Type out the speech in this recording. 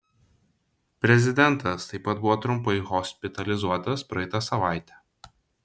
prezidentas taip pat buvo trumpai hospitalizuotas praeitą savaitę